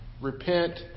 Repent